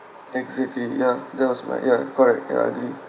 exactly ya that was my ya correct ya ideally